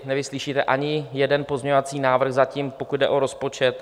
Nevyslyšíte ani jeden pozměňovací návrh zatím, pokud jde o rozpočet.